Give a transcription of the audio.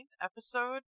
episode